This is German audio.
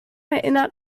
erinnert